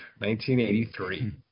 1983